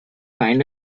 kind